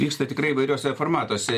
vyksta tikrai įvairiuose formatuose